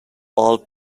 all